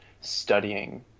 studying